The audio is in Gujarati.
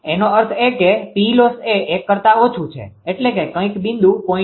એનો અર્થ એ કે Ploss એ 1 કરતા ઓછું છે એટલે કે કંઈક બિંદુ 0